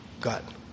God